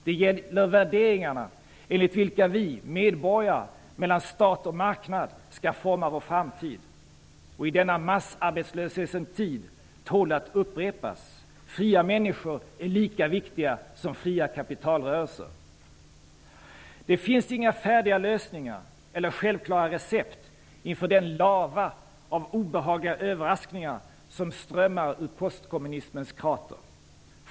Det gäller värderingarna enligt vilka vi, medborgare mellan stat och marknad, skall forma vår framtid. I denna massarbetslöshetens tid tål det att upprepas: Fria människor är lika viktiga som fria kapitalrörelser. Det finns inga färdiga lösningar eller självklara recept inför den lava av obehagliga överraskningar som strömmar ur postkommunismens krater.